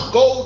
go